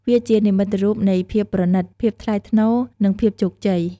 វាជានិមិត្តរូបនៃភាពប្រណីត ភាពថ្លៃថ្នូរ និងភាពជោគជ័យ។